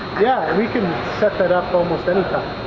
yeah we can set that up almost any time